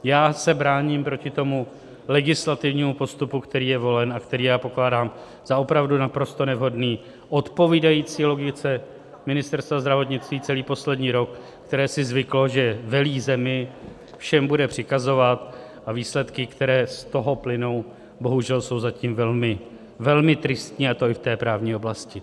Já se bráním proti tomu legislativnímu postupu, který je volen a který pokládám za opravdu naprosto nevhodný, odpovídající logice Ministerstva zdravotnictví celý poslední rok, které si zvyklo, že velí zemi, všem bude přikazovat a výsledky, které z toho plynou, jsou bohužel zatím velmi tristní, a to i v právní oblasti.